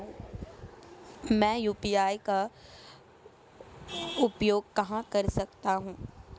मैं यू.पी.आई का उपयोग कहां कर सकता हूं?